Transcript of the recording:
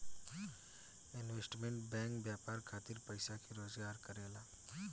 investment bank व्यापार खातिर पइसा के जोगार करेला